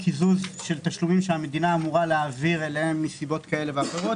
קיזוז תשלומים שהמדינה אמורה להעביר מסיבות כאלה ואחרות.